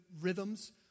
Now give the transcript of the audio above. rhythms